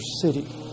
city